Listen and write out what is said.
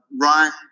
run